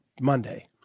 monday